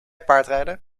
paardrijden